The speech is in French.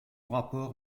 rapport